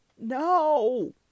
no